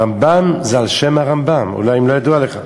הרמב"ם, זה על שם הרמב"ם, אולי אם לא ידוע לך.